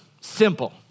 simple